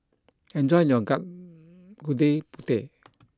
enjoy your Gudeg Putih